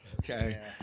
Okay